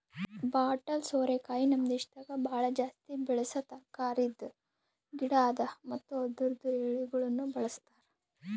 bottle ಸೋರೆಕಾಯಿ ನಮ್ ದೇಶದಾಗ್ ಭಾಳ ಜಾಸ್ತಿ ಬೆಳಸಾ ತರಕಾರಿದ್ ಗಿಡ ಅದಾ ಮತ್ತ ಅದುರ್ದು ಎಳಿಗೊಳನು ಬಳ್ಸತಾರ್